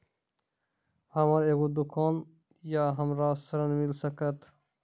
हमर एगो दुकान या हमरा ऋण मिल सकत?